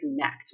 connect